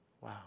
Wow